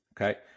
Okay